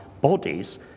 bodies